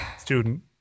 student